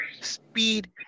Speed